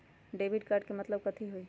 Debit card के मतलब कथी होई?